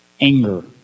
anger